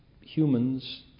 humans